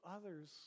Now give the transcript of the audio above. others